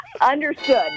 Understood